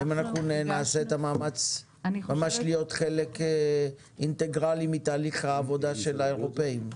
האם נעשה את המאמץ להיות חלק אינטגרלי מתהליך העבודה של האירופאים?